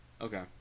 Okay